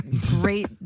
great